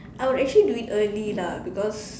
I would actually do it early lah because